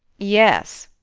yes.